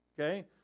okay